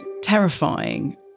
terrifying